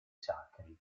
sacri